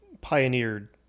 pioneered